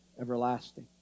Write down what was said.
everlasting